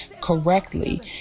correctly